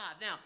Now